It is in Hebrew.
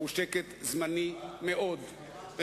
זה נראה לי חוסר אחריות,